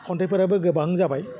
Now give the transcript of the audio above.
खन्थाइफोराबो गोबां जाबाय